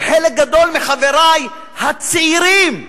כשחלק גדול מחברי הצעירים כבר,